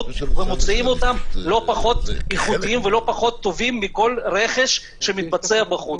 ומוציאים אותם לא פחות איכותיים ולא פחות טובים מכל רכש שמתבצע בחוץ.